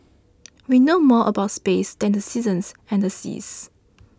we know more about space than the seasons and the seas